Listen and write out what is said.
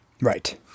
Right